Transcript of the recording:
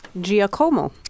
Giacomo